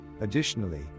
Additionally